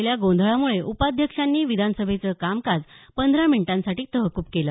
यावेळी झालेल्या गोंधळामुळे उपाध्यक्षांनी विधानसभेचं कामकाज पंधरा मिनिटांसाठी तहकूब केलं